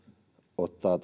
ottaa